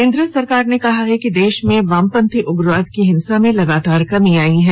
केंद्र सरकार ने कहा है कि देश में वामपंथी उग्रवाद की हिंसा में लगातार कमी आई है